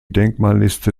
denkmalliste